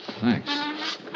Thanks